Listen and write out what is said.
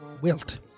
wilt